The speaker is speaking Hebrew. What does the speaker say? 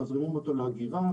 מזרימים אותו לאגירה,